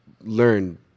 learn